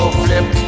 flip